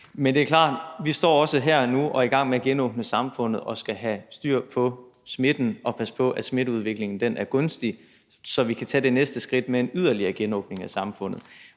Men det er klart, at vi også her og nu står og er i gang med at genåbne samfundet og skal have styr på smitten og sørge for, at smitteudviklingen er gunstig, så vi kan tage det næste skridt til en yderligere genåbning af samfundet.